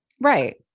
Right